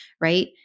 right